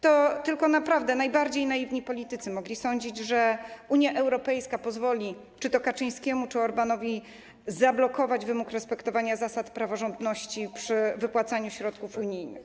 Tylko najbardziej naiwni politycy mogli sądzić, że Unia Europejska pozwoli czy to Kaczyńskiemu, czy Orbanowi zablokować wymóg respektowania zasad praworządności przy wypłacaniu środków unijnych.